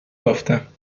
بافتم